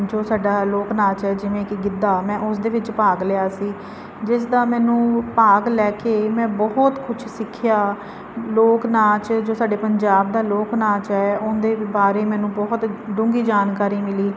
ਜੋ ਸਾਡਾ ਲੋਕ ਨਾਚ ਹੈ ਜਿਵੇਂ ਕਿ ਗਿੱਧਾ ਮੈਂ ਉਸ ਦੇ ਵਿੱਚ ਭਾਗ ਲਿਆ ਸੀ ਜਿਸ ਦਾ ਮੈਨੂੰ ਭਾਗ ਲੈ ਕੇ ਮੈਂ ਬਹੁਤ ਕੁਛ ਸਿੱਖਿਆ ਲੋਕ ਨਾਚ ਜੋ ਸਾਡੇ ਪੰਜਾਬ ਦਾ ਲੋਕ ਨਾਚ ਹੈ ਉਹਦੇ ਬਾਰੇ ਮੈਨੂੰ ਬਹੁਤ ਡੂੰਘੀ ਜਾਣਕਾਰੀ ਮਿਲੀ